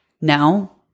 now